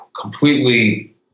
completely